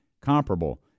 comparable